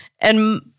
And-